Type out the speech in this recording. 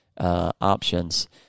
options